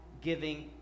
giving